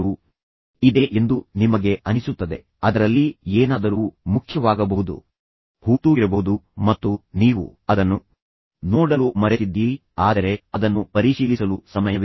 ಇದು ಯಾವಾಗಲೂ ನೀವು ಬಿಟ್ಟುಹೋಗಿರುವ ಏನಾದರೂ ಇದೆ ಎಂದು ನಿಮಗೆ ಅನಿಸುತ್ತದೆ ಅದರಲ್ಲಿ ಏನಾದರೂ ಮುಖ್ಯವಾಗಬಹುದು ಹೂತೋಗಿರಬಹುದು ಮತ್ತು ನೀವು ಅದನ್ನು ನೋಡಲು ಮರೆತಿದ್ದೀರಿ ಅದು ಆದರೆ ಅದನ್ನು ಪರಿಶೀಲಿಸಲು ಸಮಯವಿಲ್ಲ